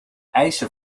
eisen